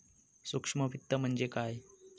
सूक्ष्म वित्त म्हणजे काय?